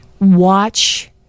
watch